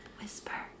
Whisper